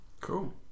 Cool